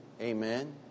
amen